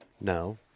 No